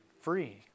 free